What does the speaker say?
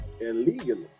illegally